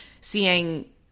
Seeing